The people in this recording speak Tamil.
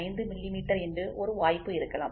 5 மில்லிமீட்டர் என்று ஒரு வாய்ப்பு இருக்கலாம்